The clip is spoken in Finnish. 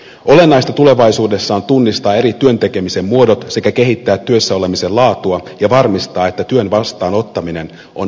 olennaista tulevaisuudessa on tunnistaa työn tekemisen eri muodot sekä kehittää työssä olemisen laatua ja varmistaa että työn vastaanottaminen on aina kannattavaa